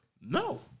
No